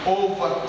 over